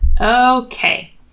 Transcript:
Okay